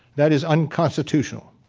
that is unconstitutional.